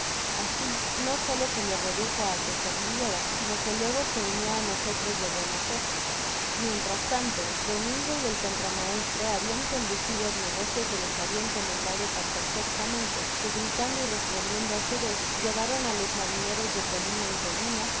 asi no solo se le redujo á que se rindiera sino que luego se unió á nosotros de buena fé mientras tanto domingo y el contramaestre habian conducido el negocio que les habia encomendado tan per fectamente que gritando y respondiendo á su vez llevaron á los marineros de colina en colina